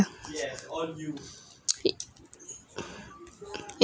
ya